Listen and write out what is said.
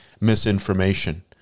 misinformation